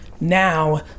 Now